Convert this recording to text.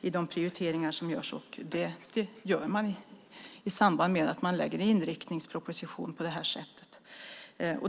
i de prioriteringar som görs. Det gör man i samband med att man lägger fram en inriktningsproposition på det här sättet.